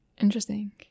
interesting